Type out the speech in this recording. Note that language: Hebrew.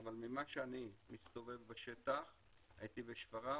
שאני מסתובב בשטח הייתי בשפרעם,